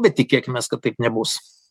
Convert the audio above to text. bet tikėkimės kad taip nebus